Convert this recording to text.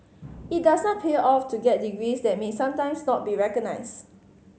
it does not pay off to get degrees that may sometimes not be recognised